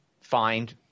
find